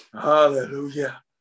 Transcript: hallelujah